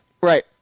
Right